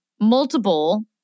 multiple